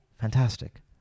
fantastic